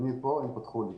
אני כאן.